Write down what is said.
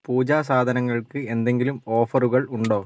പൂജാ സാധനങ്ങൾക്ക് എന്തെങ്കിലും ഓഫറുകൾ ഉണ്ടോ